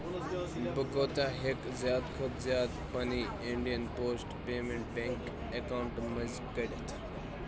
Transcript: بہٕ کوٗتاہ ہٮ۪کہٕ زِیٛادٕ کھۄتہٕ زِیٛادٕ پنِنۍ اِنٛڈین پوسٹ پیمیٚنٛٹ بیٚنٛک اکاونٹہٕ منٛز کٔڑِتھ